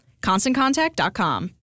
ConstantContact.com